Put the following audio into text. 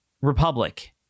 Republic